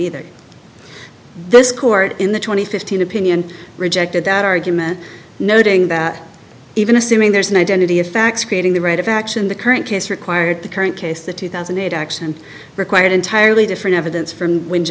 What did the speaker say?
either this court in the twenty fifteen opinion rejected that argument noting that even assuming there is an identity of facts creating the right of action the current case required the current case the two thousand and eight action required entirely different evidence from w